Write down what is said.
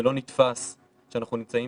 זה לא נתפס שאנחנו נמצאים